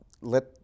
Let